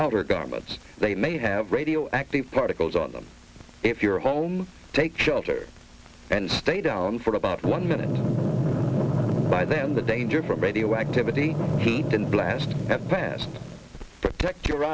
outer garments they may have radioactive particles on them if your home take shelter and stay down for about one minute by them the danger from radioactivity heat in the blast at best protect your